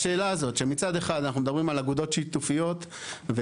השאלה הזאת שמצד אחד אנחנו מדברים על אגודות שיתופיות והמבנה